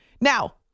Now